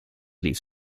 leaves